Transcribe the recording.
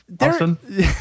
Austin